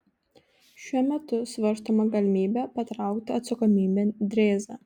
šiuo metu svarstoma galimybė patraukti atsakomybėn drėzą